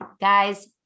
guys